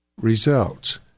results